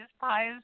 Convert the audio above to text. pies